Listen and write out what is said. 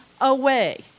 away